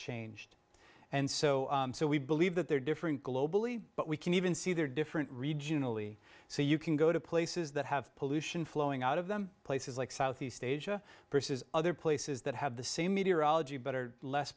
changed and so so we believe that there are different globally but we can even see there are different regionally so you can go to places that have pollution flowing out of them places like southeast asia versus other places that have the same meteorology but are less